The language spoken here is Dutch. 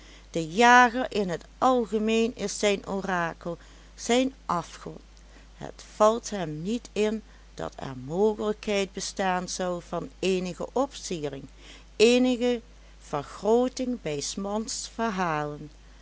de jager in het algemeen is zijn orakel zijn afgod het valt hem niet in dat er mogelijkheid bestaan zou van eenige opsiering eenige vergrooting bij s mans verhalen